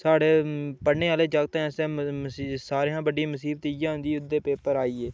साढ़े पढ़ने आह्ले जाकतें आस्तै सारें हा बड्डी मुसीबत इ'यै होंदी उं'दे पेपर आई गे